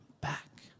back